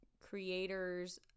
creators